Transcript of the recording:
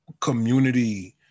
Community